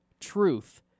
truth